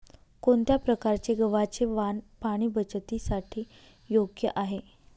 कोणत्या प्रकारचे गव्हाचे वाण पाणी बचतीसाठी योग्य आहे?